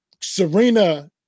Serena